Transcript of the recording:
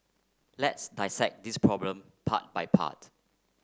let's dissect this problem part by part